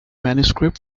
manuscript